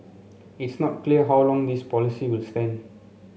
it's not clear how long this policy will stand